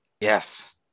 yes